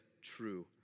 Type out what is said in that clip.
true